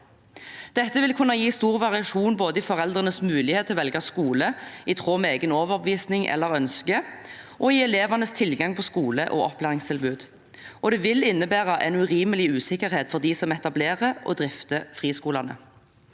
Dette vil kunne gi stor variasjon både i foreldrenes mulighet til å velge skole i tråd med egen overbevisning eller egne ønsker og i elevenes tilgang på skole- og opplæringstilbud, og det vil innebære en urimelig usikkerhet for dem som etablerer og drifter friskolene.